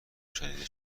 شنیده